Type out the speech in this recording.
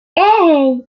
hey